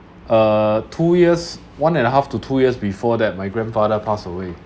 uh two years one and a half to two years before that my grandfather passed away